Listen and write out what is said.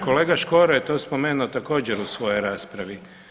Kolega Škoro je to spomenuo također, u svojoj raspravi.